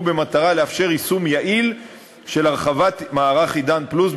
במטרה לאפשר יישום יעיל של הרחבת מערך "עידן פלוס",